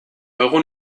euro